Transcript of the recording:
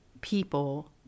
people